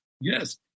Yes